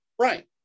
Right